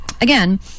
again